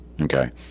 Okay